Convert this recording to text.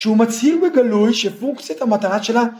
שהוא מצהיר בגלוי שפוקס את המטרה שלה